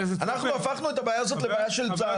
אנחנו הפכנו את הבעיה הזאת לבעיה של צה"ל.